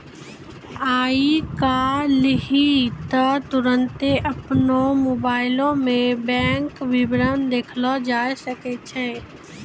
आइ काल्हि त तुरन्ते अपनो मोबाइलो मे बैंक विबरण देखलो जाय सकै छै